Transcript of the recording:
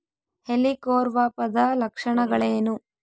ಹೆಲಿಕೋವರ್ಪದ ಲಕ್ಷಣಗಳೇನು?